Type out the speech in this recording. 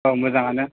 औ मोजाङानो